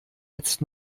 jetzt